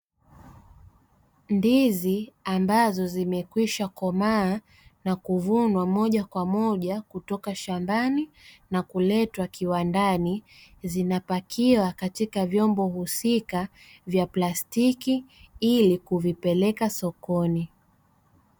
Ndizi ambazo zimekwishakomaa na kuvunwa moja kwa moja kutoka shambani na kuletwa kiwandani, zinapakiwa katika vyombo husika vya plastiki ili kuvipeleka sokoni.